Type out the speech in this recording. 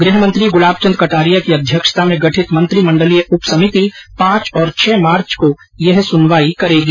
गृहमंत्री गुलाबचन्द कटारिया की अध्यक्षता में गठित मंत्रीमण्डलीय उपसमिति पांच और छह मार्च को यह सुनवाई करेगी